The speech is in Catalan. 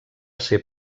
ser